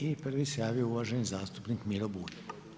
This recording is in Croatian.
I prvi se javio uvaženi zastupnik Miro Bulj.